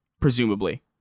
presumably